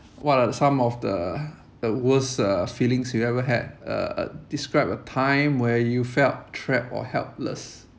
what are some of the the worst uh feelings you ever had uh describe a time where you felt trapped or helpless